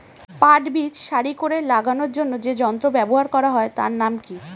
পাট বীজ সারি করে লাগানোর জন্য যে যন্ত্র ব্যবহার হয় তার নাম কি?